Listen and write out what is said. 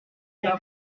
lève